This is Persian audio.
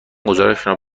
گزارشم